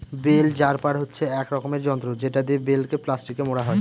bell wrapper হচ্ছে এক রকমের যন্ত্র যেটা দিয়ে বেল কে প্লাস্টিকে মোড়া হয়